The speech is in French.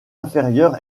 inférieure